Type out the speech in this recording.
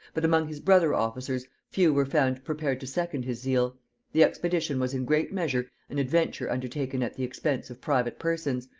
but among his brother officers few were found prepared to second his zeal the expedition was in great measure an adventure undertaken at the expense of private persons,